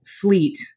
fleet